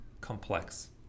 complex